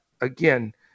again